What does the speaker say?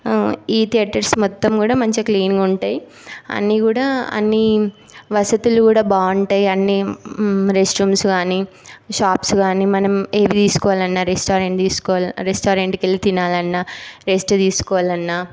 ఈ థియేటర్స్ మొత్తం కూడా చాలా క్లీన్గా ఉంటాయి అన్నీకూడా అన్ని వసతులు కూడా బాగుంటాయి అన్నీ రెస్ట్ రూమ్స్ కానీ షాప్స్ కానీ మనం ఏం తీసుకోవాలన్నా రెస్టారెంట్ తీసుకోవాలన్నా రెస్టారెంట్కి వెళ్ళి తినాలన్నా రెస్ట్ తీసుకోవాలన్నా